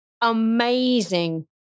Amazing